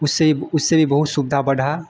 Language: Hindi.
उससे उससे भी बहुत सुविधा बढ़ा